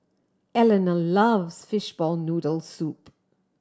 Eleanor loves fishball noodles soup